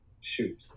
Shoot